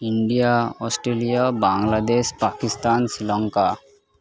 India Australia Bangladesh Pakistan Sri Lanka